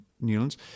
Newlands